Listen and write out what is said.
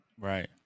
Right